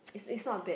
is is not bad